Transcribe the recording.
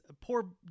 poor